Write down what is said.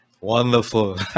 Wonderful